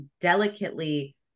delicately